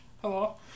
Hello